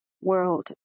world